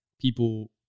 people